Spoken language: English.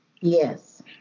Yes